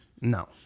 no